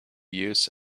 use